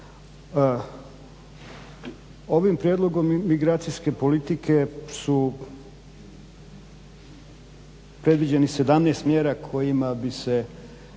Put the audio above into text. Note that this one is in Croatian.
Ovim prijedlogom migracijske politike su predviđene 17 mjera koje su